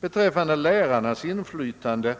Beträffande lärarnas inflytande